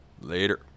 later